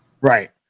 Right